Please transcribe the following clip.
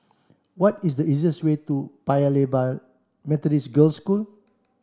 what is the easiest way to Paya Lebar Methodist Girls' School